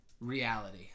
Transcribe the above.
reality